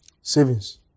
Savings